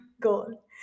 goal